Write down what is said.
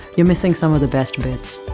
you're missing some of the best bits.